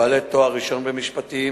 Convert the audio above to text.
בעלי תואר ראשון במשפטים,